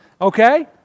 okay